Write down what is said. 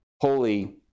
holy